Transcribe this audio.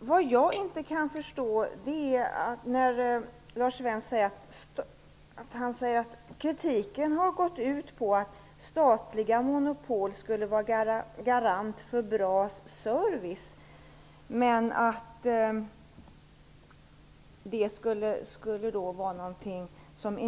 Vad jag inte kan förstå är Lars Svensks påstående att kritiken har gått ut på att statliga monopol skulle vara en garanti för bra service och att detta skulle vara något